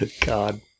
God